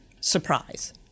surprise